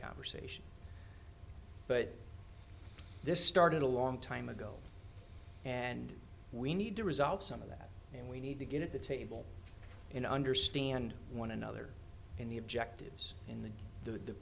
conversation but this started a long time ago and we need to resolve some of that and we need to get at the table in understand one another in the objectives in the